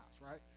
right